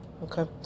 Okay